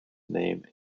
name